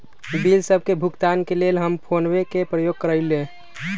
bill सभ के भुगतान के लेल हम फोनपे के प्रयोग करइले